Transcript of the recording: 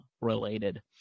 related